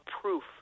proof